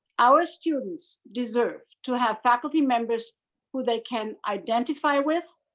our students deserve to have faculty members who they can identify with,